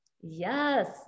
Yes